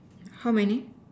how many